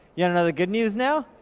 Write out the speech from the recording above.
you wanna know the good news now?